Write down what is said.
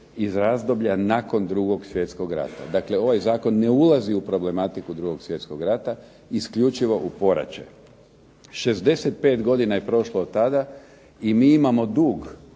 iz razdoblja nakon 2. svjetskog rata. Dakle, ovaj zakon ne ulazi u problematiku 2. svjetskog rata, isključivo u poraće. 65 godina je prošlo od tada i mi imamo dug